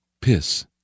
Piss